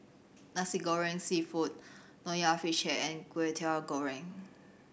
Nasi Goreng Seafood Nonya Fish Head and Kwetiau Goreng